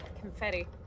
confetti